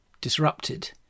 disrupted